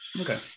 Okay